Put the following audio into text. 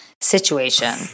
situation